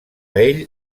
ell